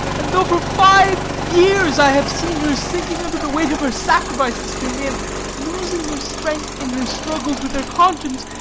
and though for five years i have seen her sinking under the weight of her sacrifices to me, and losing her strength in her struggles with her conscience,